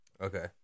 Okay